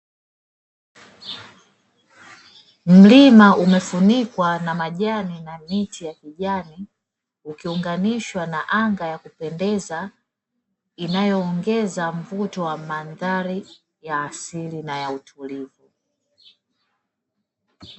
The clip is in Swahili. Mlima umefunikwa na majani na miti ya kijani ukiunganishwa na anga ya kupendeza, inayoongeza mvuto wa mandhari ya asili na ya utulivu.